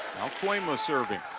kooima serving.